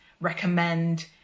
recommend